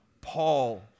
Paul